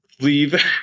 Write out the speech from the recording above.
leave